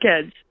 kids